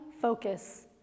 focus